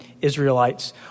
Israelites